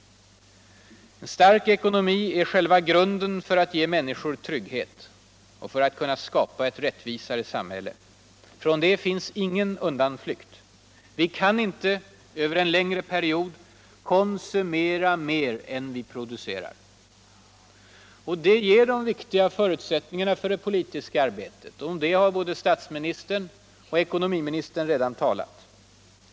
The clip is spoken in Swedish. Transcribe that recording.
En stark ekonomi är själva grunden för att ge miänniskor trygghet och för att kunna skapa e rättvisare samhille. Från det finns ingen undanflykt. Vi kan inte över en längre period konsumera mer än vi producerar. Därmed ges viktiga förutsättningar för det politiska arbetet. och om det har både statsministern och ekonomiministern redan talat.